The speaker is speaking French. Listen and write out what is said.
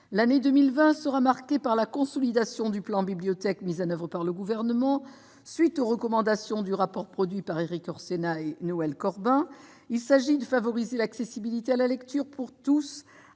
l'année 2020 sera marquée par la consolidation du plan Bibliothèques mis en oeuvre par le Gouvernement selon les recommandations du rapport d'Erik Orsenna et Noël Corbin. Il s'agit de favoriser l'accessibilité de la lecture pour tous